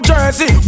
Jersey